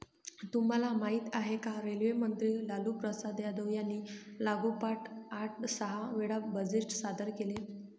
तुम्हाला माहिती आहे का? रेल्वे मंत्री लालूप्रसाद यादव यांनी लागोपाठ आठ सहा वेळा बजेट सादर केले